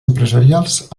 empresarials